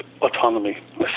autonomy